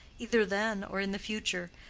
either then or in the future,